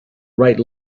right